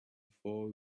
four